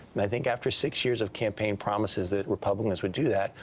and i think, after six years of campaign promises that republicans would do that,